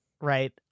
right